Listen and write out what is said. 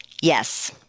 Yes